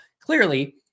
clearly